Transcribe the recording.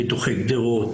חיתוכי גדרות.